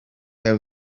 there